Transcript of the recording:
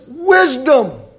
Wisdom